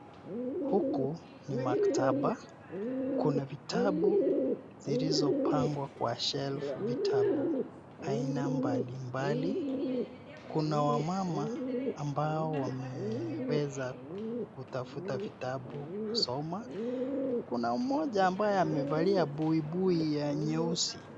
Huku ni maktaba, kuna vitabu zilizopangwa kwa shelf , vitabu aina mbalimbali. Kuna wamama ambao wameweza kutafuta vitabu kusoma. Kuna mmoja ambaye amevalia buibui ya nyeusi .